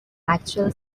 actual